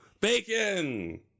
Bacon